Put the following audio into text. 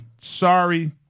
sorry